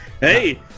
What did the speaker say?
hey